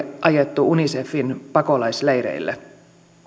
ajettu unicefin pakolaisleireille